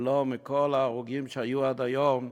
ולא, מכל ההרוגים שהיו עד היום,